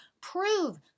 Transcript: Prove